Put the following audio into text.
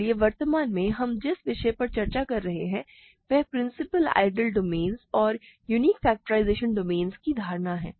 इसलिए वर्तमान में हम जिस विषय पर चर्चा कर रहे हैं वह प्रिंसिपल आइडियल डोमेन्स और यूनिक फेक्टराइज़शन डोमेन्स की धारणा है